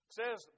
says